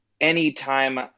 anytime